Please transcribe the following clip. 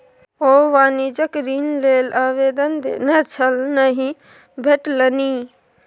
ओ वाणिज्यिक ऋण लेल आवेदन देने छल नहि भेटलनि